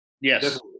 Yes